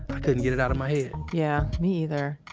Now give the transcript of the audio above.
i couldn't get it out of my head yeah. me either.